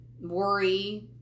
worry